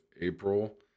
april